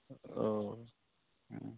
औ